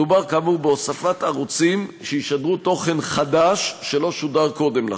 מדובר כאמור בהוספת ערוצים שישדרו תוכן חדש שלא שודר קודם לכן.